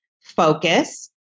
focus